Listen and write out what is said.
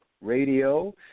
Radio